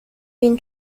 been